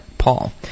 Paul